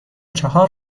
چهار